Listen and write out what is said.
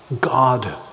God